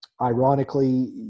ironically